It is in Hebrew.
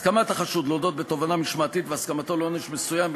הסכמת החשוד להודות בתובענה משמעתית והסכמתו לעונש מסוים,